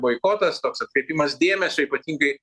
boikotas toks atkreipimas dėmesio ypatingai